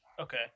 Okay